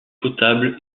potable